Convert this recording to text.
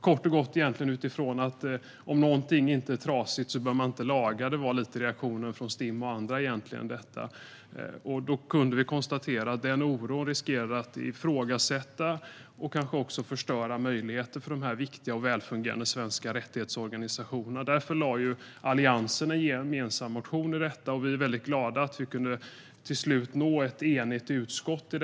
Reaktionen från Stim och andra var kort och gott att om någonting inte är trasigt bör man inte laga det och riskera att då ifrågasätta och kanske också förstöra möjligheterna för de här viktiga och välfungerande svenska rättighetsorganisationerna. Därför lade Alliansen fram en gemensam motion angående detta, och vi är väldigt glada att vi till slut kunde nå en enighet i utskottet.